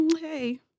Hey